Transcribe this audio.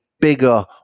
bigger